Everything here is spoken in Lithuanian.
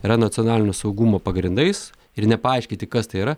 yra nacionalinio saugumo pagrindais ir nepaaiškyti kas tai yra